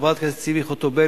חברת הכנסת ציפי חוטובלי,